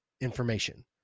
information